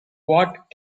bought